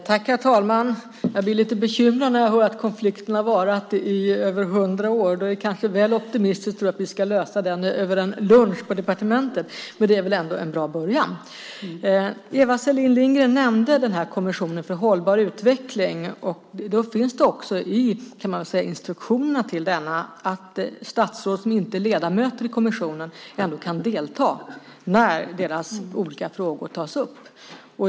Herr talman! Jag blir lite bekymrad när jag hör att konflikten har varat i över 100 år. Då är det kanske väl optimistiskt att tro att vi ska lösa den över en lunch på departementet, men det är ändå en bra början. Eva Selin Lindgren nämnde Kommissionen för hållbar utveckling. I instruktionerna till denna sägs det också att statsråd som inte är ledamöter i kommissionen ändå kan delta när deras olika frågor tas upp.